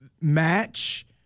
match